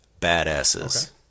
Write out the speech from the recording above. badasses